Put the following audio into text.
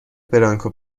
برانکو